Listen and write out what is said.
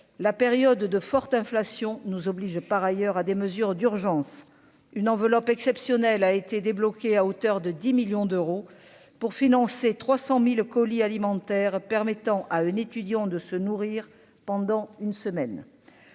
la période de forte inflation nous oblige par ailleurs à des mesures d'urgence une enveloppe exceptionnelle a été débloqué à hauteur de 10 millions d'euros pour financer 300000 colis alimentaires permettant à un étudiant de se nourrir pendant une semaine,